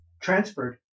transferred